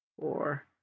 four